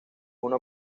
una